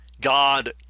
God